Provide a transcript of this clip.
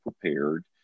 prepared